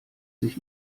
sich